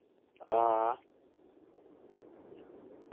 हां